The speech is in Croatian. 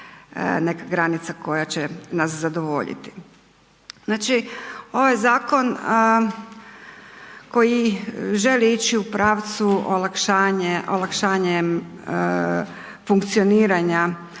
neka granica koja će nas zadovoljiti. Znači ovaj zakon koji želi ići u pravcu olakšanjem funkcioniranja